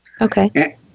Okay